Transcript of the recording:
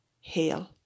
hail